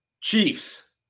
Chiefs